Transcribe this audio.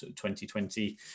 2020